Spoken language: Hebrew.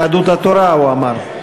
יהדות התורה, הוא אמר.